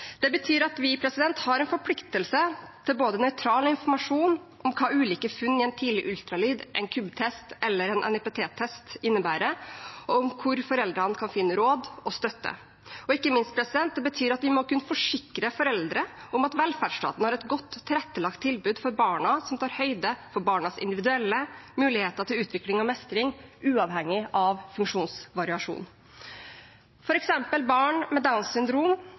Det betyr at vi har en forpliktelse både til nøytral informasjon om hva ulike funn i en tidlig ultralyd, KUB-test eller NIPT-test innebærer, og om hvor foreldrene kan finne råd og støtte. Og ikke minst: Det betyr at vi må kunne forsikre foreldre om at velferdsstaten har et godt tilrettelagt tilbud for barna som tar høyde for barnas individuelle muligheter til utvikling og mestring, uavhengig av funksjonsvariasjon. For eksempel har ikke barn med